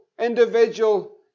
individual